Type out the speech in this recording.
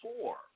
four